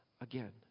again